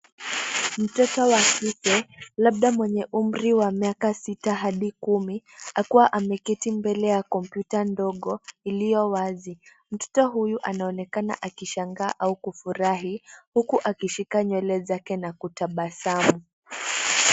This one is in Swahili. Mtoto wa kike labda mwenye umri wa miaka sita hadi kumi akiwa ameketi mbele ya kompyu ndogo iliyo wazi. Mtoto huyu anaonekana akiwa ameshangaa au kufurahia huku akifunga nywele zake nakutabasamu.